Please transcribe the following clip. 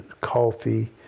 coffee